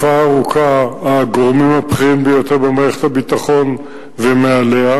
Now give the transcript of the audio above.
הגורמים הבכירים ביותר במערכת הביטחון ומעליה